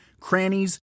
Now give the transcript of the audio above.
crannies